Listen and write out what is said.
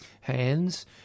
hands